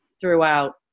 throughout